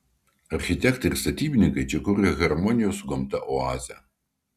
architektai ir statybininkai čia kuria harmonijos su gamta oazę